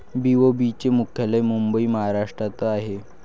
BOB चे मुख्यालय मुंबई महाराष्ट्रात आहे